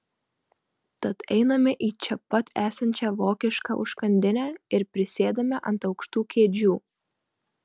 tad einame į čia pat esančią vokišką užkandinę ir prisėdame ant aukštų kėdžių